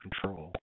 control